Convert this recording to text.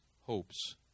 hopes